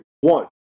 one